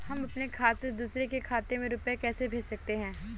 हम अपने खाते से दूसरे के खाते में रुपये कैसे भेज सकते हैं?